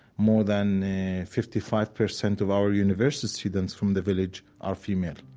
more than fifty five percent of our university students from the village are female.